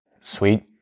Sweet